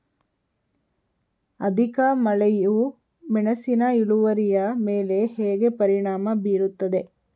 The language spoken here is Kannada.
ಅಧಿಕ ಮಳೆಯು ಮೆಣಸಿನ ಇಳುವರಿಯ ಮೇಲೆ ಹೇಗೆ ಪರಿಣಾಮ ಬೀರುತ್ತದೆ?